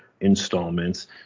installments